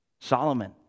Solomon